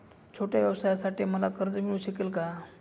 छोट्या व्यवसायासाठी मला कर्ज मिळू शकेल का?